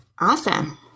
awesome